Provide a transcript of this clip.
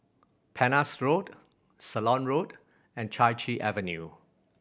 Penhas Road Ceylon Road and Chai Chee Avenue